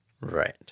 Right